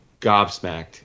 gobsmacked